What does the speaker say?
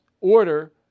order